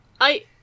I-